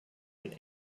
einen